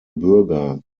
bürger